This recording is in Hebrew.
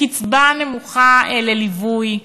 קצבה נמוכה לליווי,